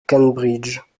cambridge